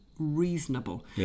Reasonable